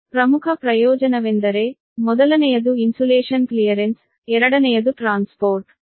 ಪ್ರಮುಖ ಪ್ರಯೋಜನವೆಂದರೆ ಮೊದಲನೆಯದು ಇನ್ಸುಲೇಷನ್ ಕ್ಲಿಯರೆನ್ಸ್ ಎರಡನೆಯದು ಟ್ರಾನ್ಸ್ಪೋರ್ಟೇಷನ್